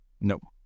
Nope